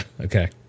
Okay